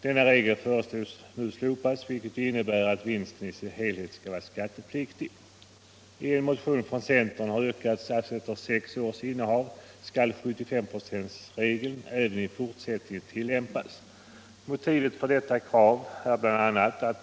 Denna regel föreslås nu slopas, vilket innebär att vinsten i sin helhet skall vara skattepliktig. I en motion från centern har yrkats att 75 96 regeln även i fortsättningen skall tillämpas efter sex års innehav. Motivet för detta är bl.a. följande.